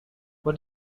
what